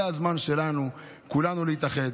זה הזמן שלנו, כולנו, להתאחד.